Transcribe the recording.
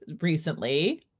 recently